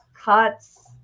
cuts